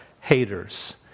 haters